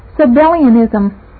Sabellianism